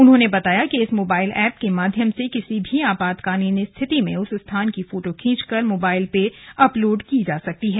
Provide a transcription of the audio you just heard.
उन्होंने बताया कि इस मोबाइल एप के माध्यम से किसी भी आपातकालीन स्थिति में उस स्थान की फोटो खींचकर मोबाइल में अपलोड की जा सकती है